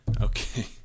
Okay